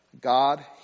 God